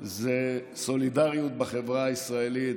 זה סולידריות בחברה הישראלית,